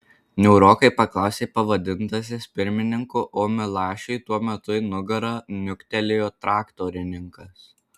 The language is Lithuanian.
niūrokai paklausė pavadintasis pirmininku o milašiui tuo metu į nugarą niuktelėjo traktorininkas